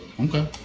Okay